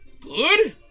Good